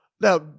Now